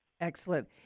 Excellent